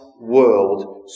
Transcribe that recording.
world